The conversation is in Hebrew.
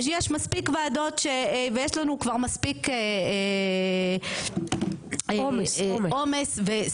יש מספיק ועדות ויש לנו כבר מספיק עומס וסמכויות.